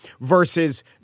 Versus